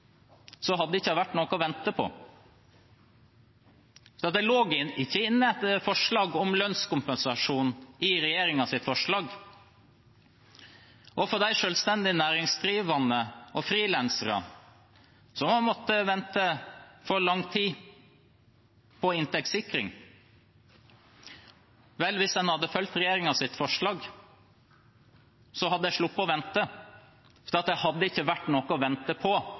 hadde det ikke vært noe å vente på, for det lå ikke inne forslag om lønnskompensasjon i regjeringens forslag. Og for selvstendig næringsdrivende og frilansere som måtte vente i lang tid på inntektssikring – vel, hvis en hadde fulgt regjeringens forslag, hadde de sluppet å vente, for det hadde ikke vært noe å vente på.